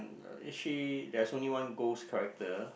actually is she there's only one ghost character